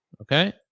Okay